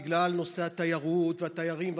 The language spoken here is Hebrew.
בגלל נושא התיירות והתיירים והמלונות,